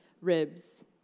ribs